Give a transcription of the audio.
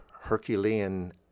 Herculean